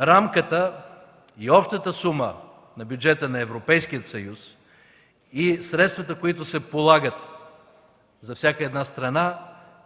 рамката и общата сума на бюджета на Европейския съюз и средствата, които се полагат за всяка една страна,